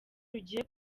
rugiye